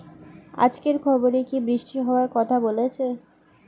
আজকের খবরে কি বৃষ্টি হওয়ায় কথা বলেছে?